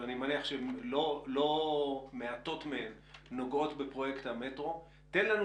אבל אני מניח שלא מעטות מהן נוגעות בפרויקט המטרו תן לנו